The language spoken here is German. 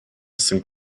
sind